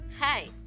Hi